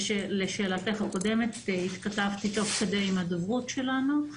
לשאלתך הקודמת, התכתבתי תוך כדי עם הדוברות שלנו.